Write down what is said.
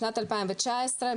בשנת 2019,